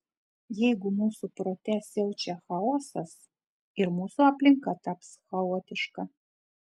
jeigu mūsų prote siaučia chaosas ir mūsų aplinka taps chaotiška